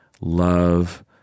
love